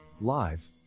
Live